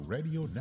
Radio